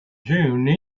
june